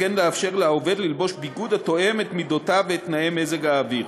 וכן לאפשר לעובד ללבוש ביגוד התואם את מידותיו ואת תנאי מזג האוויר.